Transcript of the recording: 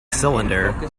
cylinder